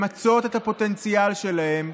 למצות את הפוטנציאל שלהם,